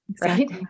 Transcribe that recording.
Right